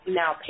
now